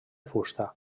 fusta